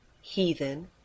heathen